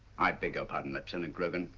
i beg your pardon, lieutenant grogan,